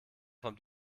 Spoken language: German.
vom